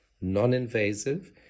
non-invasive